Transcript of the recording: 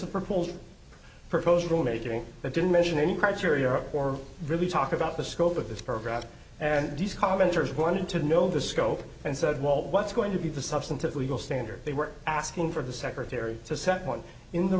of proposed proposed rule making that didn't mention any criteria or really talk about the scope of this program and these commenters wanted to know the scope and said well what's going to be the substantive legal standard they were asking for the secretary to setpoint in the